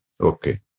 Okay